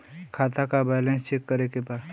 खाता का balance check करे के बा?